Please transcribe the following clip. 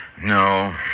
No